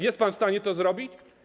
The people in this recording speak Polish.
Jest pan w stanie to zrobić?